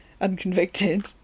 unconvicted